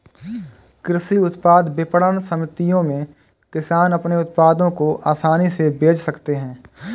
कृषि उत्पाद विपणन समितियों में किसान अपने उत्पादों को आसानी से बेच सकते हैं